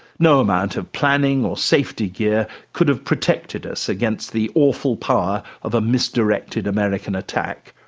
no amount of planning or safety gear could have protected us against the awful power of a misdirected american attack.